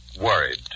worried